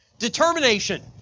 Determination